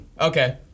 Okay